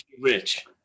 Rich